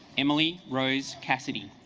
emily rose cassidy